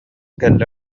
кэллэ